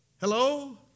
Hello